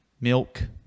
milk